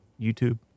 YouTube